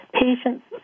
patients